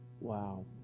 wow